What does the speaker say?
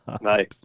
Nice